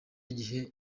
gihe